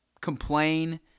complain